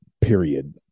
period